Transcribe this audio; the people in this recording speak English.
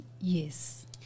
Yes